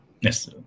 Yes